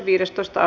asia